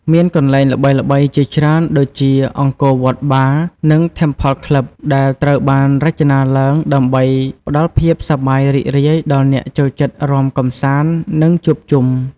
មានកន្លែងល្បីៗជាច្រើនដូចជា អង្គរវត្ត បារ និង ធេមផល ក្លឹប (Temple Club) ដែលត្រូវបានរចនាឡើងដើម្បីផ្តល់ភាពសប្បាយរីករាយដល់អ្នកចូលចិត្តរាំកម្សាន្ត និងជួបជុំ ។